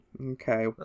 Okay